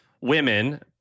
women